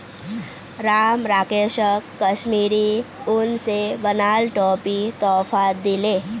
राम राकेशक कश्मीरी उन स बनाल टोपी तोहफात दीले